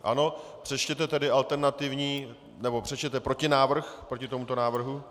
Ano, přečtěte tedy alternativní nebo přečtěte protinávrh proti tomuto návrhu.